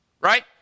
Right